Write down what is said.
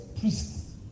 priests